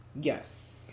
yes